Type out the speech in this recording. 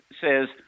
says